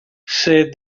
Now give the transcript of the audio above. said